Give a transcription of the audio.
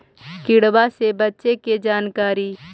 किड़बा से बचे के जानकारी?